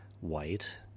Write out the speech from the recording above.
white